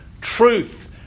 truth